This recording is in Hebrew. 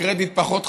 הקרדיט פחות חשוב,